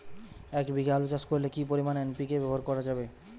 এক বিঘে আলু চাষ করলে কি পরিমাণ এন.পি.কে ব্যবহার করা যাবে?